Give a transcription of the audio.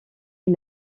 est